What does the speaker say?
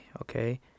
Okay